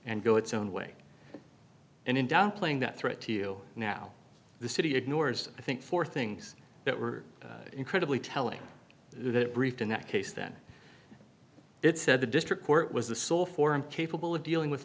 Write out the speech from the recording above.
and go its own way and in downplaying that threat to you now the city ignores i think four things that were incredibly telling that brief in that case then it said the district court was the sole forum capable of dealing with